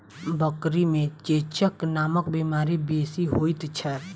बकरी मे चेचक नामक बीमारी बेसी होइत छै